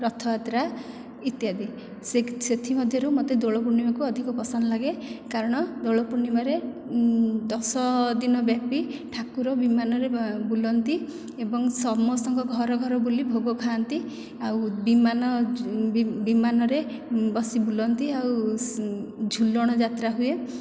ରଥଯାତ୍ରା ଇତ୍ୟାଦି ସେଥିମଧ୍ୟରୁ ମତେ ଦୋଳ ପୂର୍ଣ୍ଣିମାକୁ ଅଧିକ ପସନ୍ଦ ଲାଗେ କାରଣ ଦୋଳ ପୂର୍ଣ୍ଣିମାରେ ଦଶଦିନ ବ୍ୟାପୀ ଠାକୁର ବିମାନରେ ବୁଲନ୍ତି ଏବଂ ସମସ୍ତଙ୍କ ଘର ଘର ବୁଲି ଭୋଗ ଖାଆନ୍ତି ଆଉ ବିମାନ ବିମାନରେ ବସି ବୁଲନ୍ତି ଆଉ ଝୁଲଣ ଯାତ୍ରା ହୁଏ